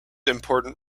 important